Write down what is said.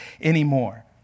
anymore